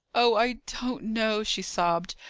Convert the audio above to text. oh, i don't know, she sobbed.